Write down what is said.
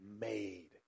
made